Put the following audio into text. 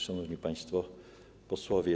Szanowni Państwo Posłowie!